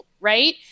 Right